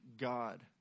God